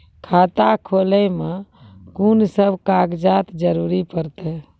खाता खोलै मे कून सब कागजात जरूरत परतै?